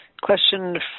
question